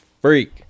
freak